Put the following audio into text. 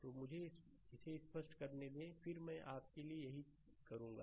तो मुझे इसे स्पष्ट करने दें फिर मैं आपके लिए यह करूंगा